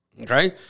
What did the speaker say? Okay